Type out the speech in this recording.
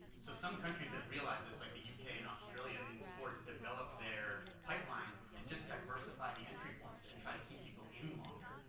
so some countries that have realized this, like the yeah uk and australia in sports developed their pipelines to just diversify the entry points and try to keep people in longer.